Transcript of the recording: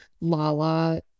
Lala